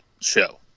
show